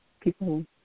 People